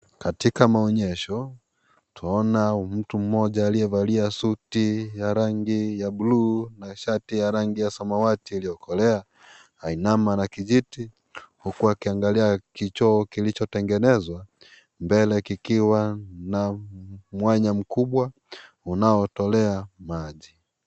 Katika maonyesho, twaona mtu mmoja aliyevalia suti ya rangi ya buluu na shati ya rangi ya samawati iliyokolea. Ainama na kijiti, huku akiangalia kichoo kilichotengenezwa. Mbele kikiwa na mwanya mkubwa unaotolea maji.